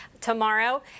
tomorrow